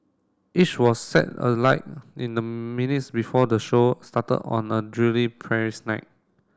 each was set alight in the minutes before the show started on a drily Paris night